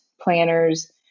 planners